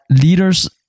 leaders